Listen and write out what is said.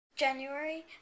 January